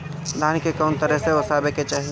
धान के कउन तरह से ओसावे के चाही?